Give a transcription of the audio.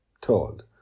Told